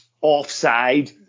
offside